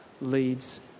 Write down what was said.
leads